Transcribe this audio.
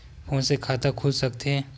Phone से खाता खुल सकथे?